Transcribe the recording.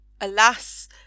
alas